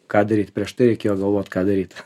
ką daryt prieš tai reikėjo galvot ką daryt